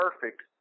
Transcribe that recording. perfect